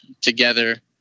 together